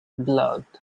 blood